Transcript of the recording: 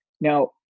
Now